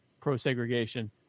pro-segregation